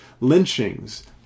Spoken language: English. lynchings